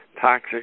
toxic